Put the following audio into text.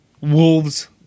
Wolves